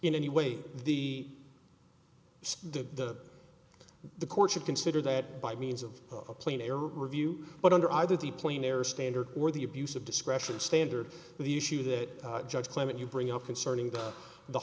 in any way the the the court should consider that by means of a player review but under either the plane air standard or the abuse of discretion standard the issue that judge clement you bring up concerning the